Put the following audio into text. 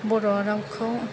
बर' रावखौ